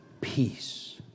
peace